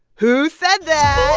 who said that